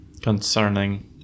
concerning